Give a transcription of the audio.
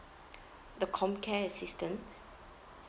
the comcare assistance